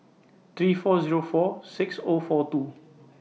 three four Zero four six O four two